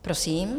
Prosím.